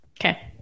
Okay